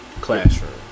classroom